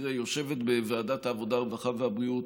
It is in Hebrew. יושבת בוועדת העבודה, הרווחה והבריאות